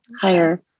higher